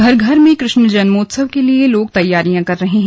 घर घर में कृष्मजन्मोत्सव के लिए लोग तैयारियां कर रहे हैं